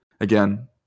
again